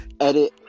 edit